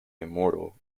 immortal